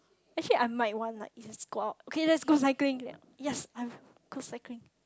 actually I might want like if it's go out okay let's go cycling yes I would go cycling